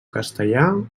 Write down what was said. castellà